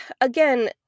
again